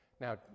Now